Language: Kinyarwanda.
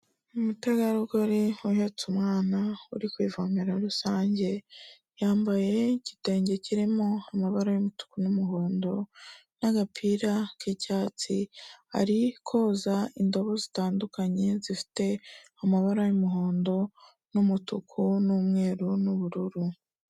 Umutegarugori uhetse umwana uri ku ivomero rusange, yambaye igitenge kirimo amabara y'umutuku n'umuhondo n'agapira k'icyatsi, ari koza indobo zitandukanye zifite amabara y'umuhondo n'umutuku n'umweru n'ubururu.